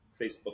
facebook